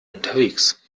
unterwegs